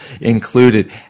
included